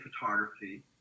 photography